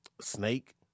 Snake